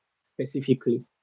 specifically